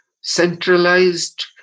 centralized